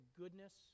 goodness